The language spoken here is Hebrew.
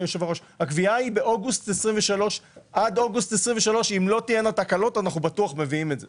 2023. עד אוגוסט 2023 אם לא תהיינה תקלות אנחנו בטוח מביאים את זה.